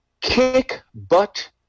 kick-butt